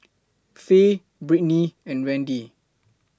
Faye Brittny and Randy